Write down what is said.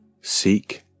Seek